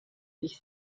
ich